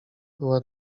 była